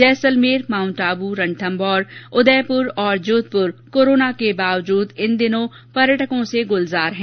जैसलमेर माउंटआबू रणथम्भौर उदयपुर तथा जोधपुर कोरोना के बावजूद इन दिनों पर्यटकों से गुलजार है